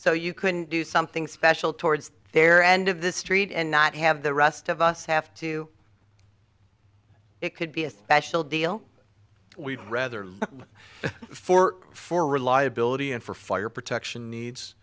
so you could do something special towards their end of the street and not have the rest of us have to it could be a special deal we'd rather for for reliability and for fire protection needs